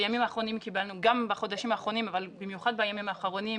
קיבלנו גם בחודשים האחרונים אבל במיוחד בימים האחרונים,